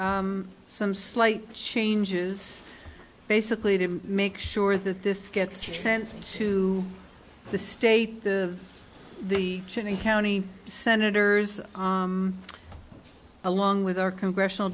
requested some slight changes basically to make sure that this gets sent to the state of the cheney county senators along with our congressional